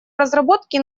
разработки